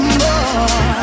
more